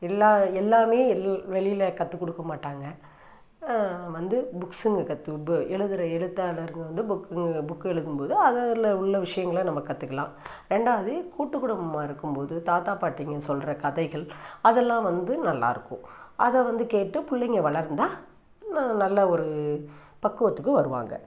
எல்லா எல்லாமே எல் வெளியில் கற்றுக் கொடுக்க மாட்டாங்க வந்து புக்ஸுங்க கற்று ப எழுதுற எழுத்தாளருங்க வந்து புக்குங்க புக்கு எழுதும் போது அதில் உள்ள விஷயங்களை நம்ம கற்றுக்கலாம் ரெண்டாவது கூட்டுக் குடும்பமாக இருக்கும் போது தாத்தா பாட்டிங்க சொல்றக் கதைகள் அதெல்லாம் வந்து நல்லாருக்கும் அத வந்து கேட்டு பிள்ளைங்க வளர்ந்தால் நல்ல ஒரு பக்குவத்துக்கு வருவாங்க